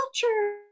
culture